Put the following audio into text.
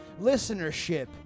listenership